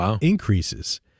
increases